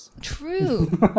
true